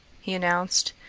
he announced,